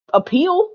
appeal